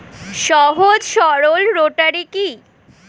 সহজ সরল রোটারি কি?